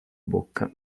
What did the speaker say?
bocca